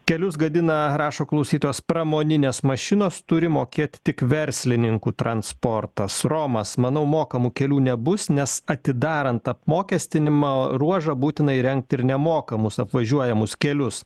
kelius gadina rašo klausytojas pramoninės mašinos turi mokėti tik verslininkų transportas romas manau mokamų kelių nebus nes atidarant apmokestinimą ruožą būtina įrengt ir nemokamus apvažiuojamus kelius